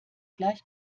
gleich